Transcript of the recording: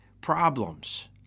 problems